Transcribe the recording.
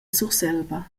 surselva